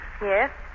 Yes